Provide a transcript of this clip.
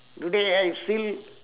today I still